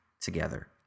together